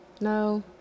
No